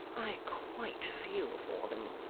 i quite feel for them